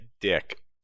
dick